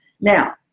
now